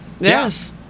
yes